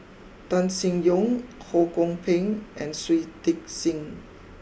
Tan Sin Yong Ho Kwon Ping and Shui Tit sing